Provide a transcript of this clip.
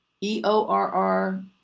E-O-R-R